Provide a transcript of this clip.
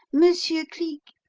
monsieur cleek,